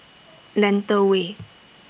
Lentor Way